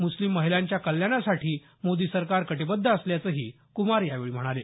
मुस्लिम महिलांच्या कल्याणासाठी मोदी सरकार कटीबद्ध असल्याचंही कुमार यावेळी म्हणाले